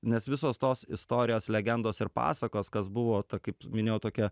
nes visos tos istorijos legendos ir pasakos kas buvo ta kaip minėjau tokia